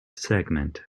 segment